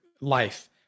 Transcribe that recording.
life